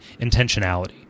intentionality